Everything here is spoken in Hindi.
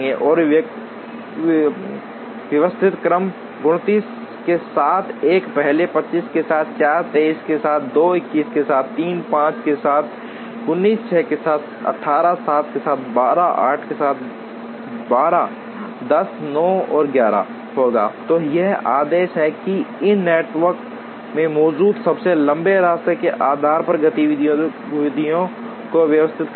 और व्यवस्थित क्रम 29 के साथ 1 पहले 25 के साथ 4 23 के साथ 2 21 के साथ 3 5 के साथ 19 6 के साथ 18 7 के साथ 12 8 के साथ 12 10 9 और 11 होगा तो यह आदेश है इस नेटवर्क में मौजूद सबसे लंबे रास्ते के आधार पर गतिविधियों को व्यवस्थित करना